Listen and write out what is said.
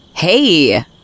Hey